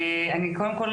אני קודם כל,